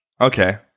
Okay